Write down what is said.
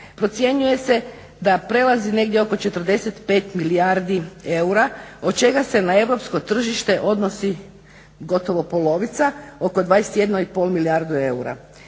procjenjuje se da prelazi negdje oko 45 milijardi eura od čega se na europsko tržište odnosi gotovo polovica oko 21,5 milijardu eura.